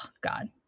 God